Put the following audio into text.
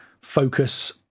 focus